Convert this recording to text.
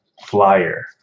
flyer